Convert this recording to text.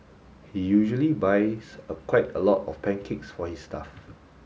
he usually buys a quite a lot of pancakes for his staff